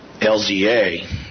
LZA